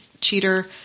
cheater